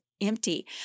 empty